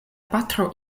patro